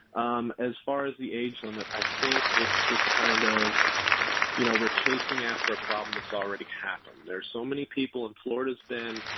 um as far as the age limit, i think it's just kind of you know, we're chasing after a problem that's already happened. there's so many people and florida's been,